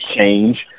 change